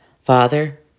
Father